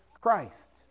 Christ